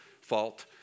fault